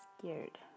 scared